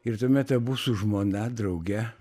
ir tuomet abu su žmona drauge